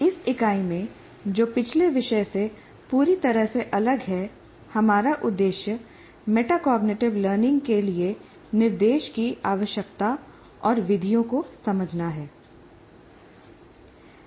इस इकाई में जो पिछले विषय से पूरी तरह से अलग है हमारा उद्देश्य मेटाकोग्निटिव लर्निंग के लिए निर्देश की आवश्यकता और विधियों को समझना है